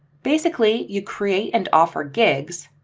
basically, you create and offer gigs,